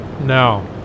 No